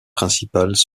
principales